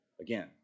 again